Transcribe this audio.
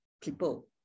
people